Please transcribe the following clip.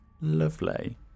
Lovely